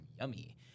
yummy